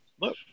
look